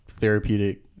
therapeutic